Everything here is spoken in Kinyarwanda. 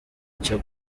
cyo